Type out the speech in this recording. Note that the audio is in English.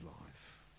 life